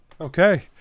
Okay